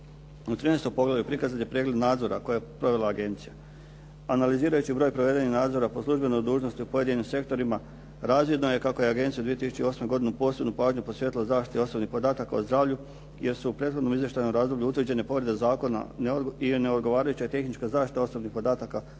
I 13. poglavlju prikazan je pregled nadzora koje je provela agencija. Analizirajući broj provedenih nadzora po službenoj dužnosti u pojedinim sektorima, razvidno je kako je agencija u 2008. godini posebnu pažnju posvetila zaštiti osobnih podataka o zdravlju, jer su u prethodnom izvještajnom razdoblju utvrđene povrede zakona i neodgovarajuća tehnička zaštita osobnih podataka o zdravstvenim